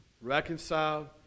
reconciled